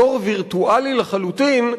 בתור וירטואלי לחלוטין,